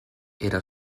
era